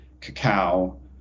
cacao